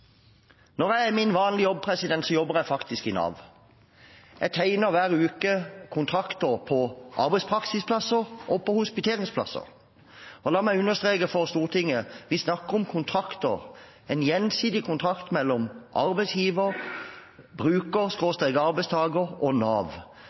Når jeg er i min vanlige jobb, jobber jeg faktisk i Nav. Jeg tegner hver uke kontrakter på arbeidspraksisplasser og på hospiteringsplasser. Og la meg understreke for Stortinget: Vi snakker om kontrakter – en gjensidig kontrakt mellom arbeidsgiver, bruker/arbeidstaker og Nav.